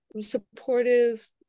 supportive